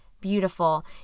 beautiful